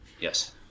yes